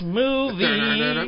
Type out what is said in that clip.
movie